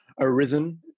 arisen